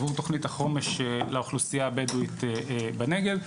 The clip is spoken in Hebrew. עבור תוכנית החומ״ש לאוכלוסייה הבדואית בנגב.